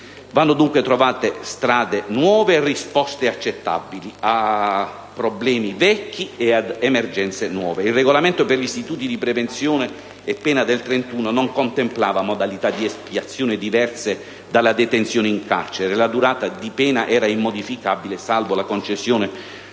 Vanno dunque trovate strade nuove e risposte accettabili a problemi vecchi e ad emergenze nuove. Il Regolamento per gli istituti di prevenzione e pena del 1931 non contemplava modalità di espiazione diverse dalla detenzione in carcere: la durata di pena era immodificabile, salvo la concessione